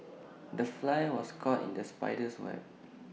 the fly was caught in the spider's web